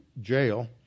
jail